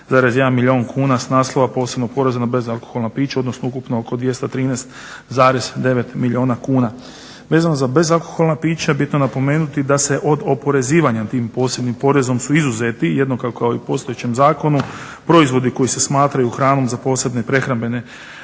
milijun kuna s naslova posebnog poreza na bezalkoholna pića, odnosno ukupno oko 213,9 milijuna kuna. Vezano za bezalkoholna pića bitno je napomenuti da se od oporezivanja tim posebnim porezom su izuzeti jednako kao i u postojećem zakonu proizvodi koji se smatraju hranom za posebne prehrambene